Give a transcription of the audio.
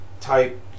type